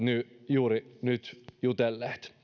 juuri toimineet